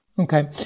Okay